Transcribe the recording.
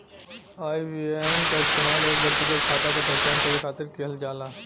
IBAN क इस्तेमाल एक व्यक्तिगत खाता क पहचान करे खातिर किहल जाला